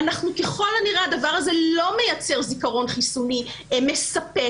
ככל הנראה הדבר הזה לא מייצר זיכרון חיסוני מספק.